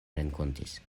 renkontis